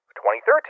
2013